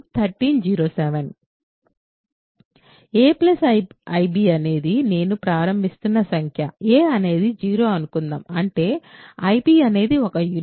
a ib అనేది నేను ప్రారంభిస్తున్న సంఖ్య a అనేది 0 అని అనుకుందాం అంటే ib అనేది ఒక యూనిట్